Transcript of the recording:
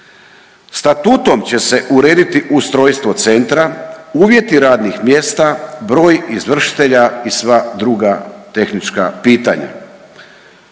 Statutom će se urediti ustrojstvo centra, uvjeti radnih mjesta, broj izvršitelja i sva druga tehnička pitanja.